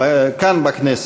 כאן בכנסת.